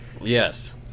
Yes